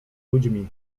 ludźmi